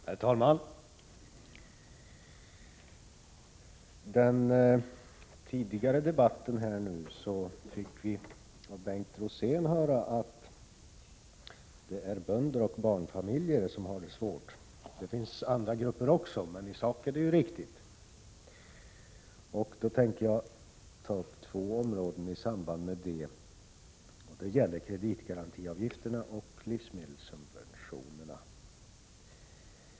Herr talman! I den tidigare debatten fick vi av Bengt Rosén höra att det är bönder och barnfamiljer som har det svårt. Det finns andra grupper också, men i sak är uttalandet riktigt. I samband med detta tänker jag ta upp två områden — det gäller kreditgarantiavgifterna och livsmedelssubventionerna.